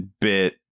bit